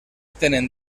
tenen